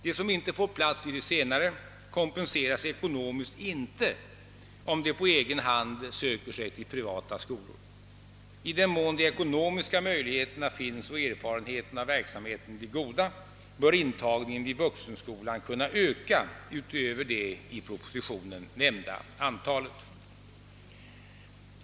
De som inte får plats i de senare kompenseras inte ekonomiskt, om de på egen hand söker sig till privatskolor. I den mån de ekonomiska möjligheterna finns och erfarenheterna av verksamheten blir goda bör intagningen vid vuxenskolan kunna öka utöver det i propositionen nämnda antalet.